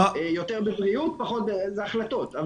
יותר בבריאות', זה החלטות.